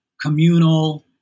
communal